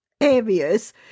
areas